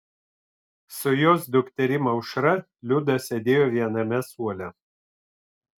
su jos dukterim aušra liuda sėdėjo viename suole